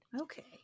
Okay